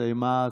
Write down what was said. הסתיימה ההצבעה.